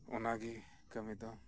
ᱚᱱᱟ ᱜᱮ ᱠᱟᱢᱤ ᱫᱚ